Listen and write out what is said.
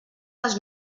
les